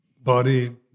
body